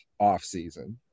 offseason